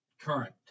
current